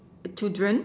children